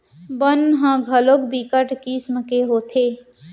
बन ह घलोक बिकट किसम के होथे